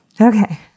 okay